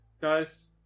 guys